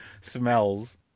smells